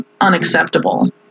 unacceptable